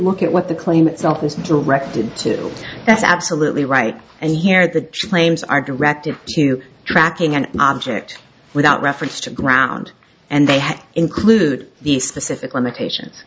look at what the claim itself was directed to that's absolutely right and here the claims are directed to tracking an object without reference to ground and they include the specific limitation